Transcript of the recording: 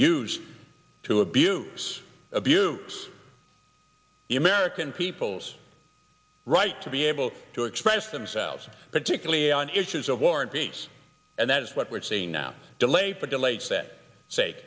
used to abuse abuse the american people's right to be able to express themselves particularly on issues of war and peace and that is what we're seeing now delay for delays that say